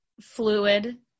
fluid